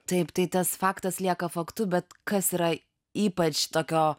taip tai tas faktas lieka faktu bet kas yra ypač tokio